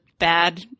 bad